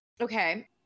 okay